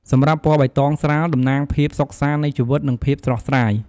សម្រាប់ពណ៌បៃតងស្រាល តំណាងភាពសុខសាន្តនៃជីវិត និងភាពស្រស់ស្រាយ។